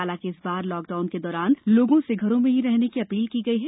हालांकि इस बार लॉकडाउन के दौरान लोगों से घरों में ही रहने की अपील की गई है